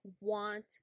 want